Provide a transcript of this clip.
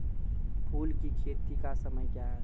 फुल की खेती का समय क्या हैं?